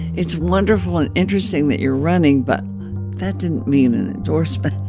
it's wonderful and interesting that you're running, but that didn't mean an endorsement